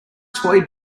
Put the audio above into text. toy